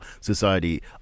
society